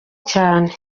cyane